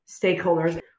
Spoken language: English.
stakeholders